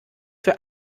für